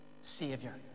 Savior